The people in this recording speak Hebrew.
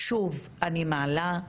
שוב אני מעלה,